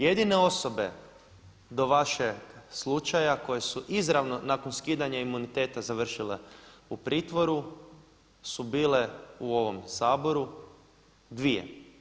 Jedine osobe do vašeg slučaja koje su izravno nakon skidanja imuniteta završile u pritvoru su bile u ovom Saboru dvije.